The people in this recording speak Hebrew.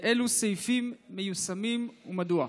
2. אילו סעיפים מיושמים ומדוע?